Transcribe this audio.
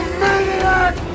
maniac